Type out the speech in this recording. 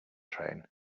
train